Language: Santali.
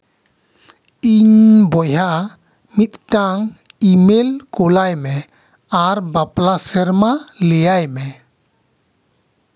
ᱤᱧ ᱵᱚᱭᱦᱟ ᱢᱤᱫᱴᱟᱝ ᱤᱼᱢᱮᱞ ᱠᱳᱞ ᱟᱭ ᱢᱮ ᱟᱨ ᱵᱟᱯᱞᱟ ᱥᱮᱨᱢᱟ ᱞᱟᱹᱭᱟᱭ ᱢᱮ